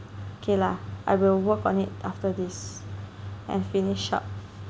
okay lah I will work on it after this and finish up